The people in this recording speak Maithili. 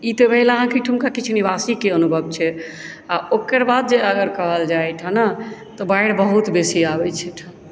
ई तऽ भेल आहाँके अहिठुमका किछु निवासीकेँ अनुभव छैक आ ओकर बाद जे अगर कहल जाय एहिठाम ने तऽ बाढ़ि बहुत बेसी आबै छै एहिठाम